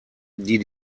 die